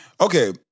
Okay